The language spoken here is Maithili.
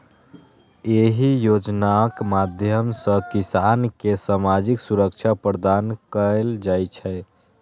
एहि योजनाक माध्यम सं किसान कें सामाजिक सुरक्षा प्रदान कैल जाइ छै